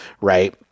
right